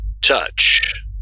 touch